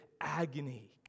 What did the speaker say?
agony